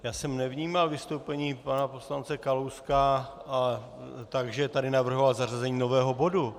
Já jsem nevnímal vystoupení pana poslance Kalouska tak, že tady navrhoval zařazení nového bodu.